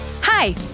Hi